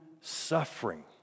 suffering